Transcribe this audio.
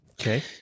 Okay